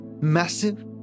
massive